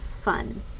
fun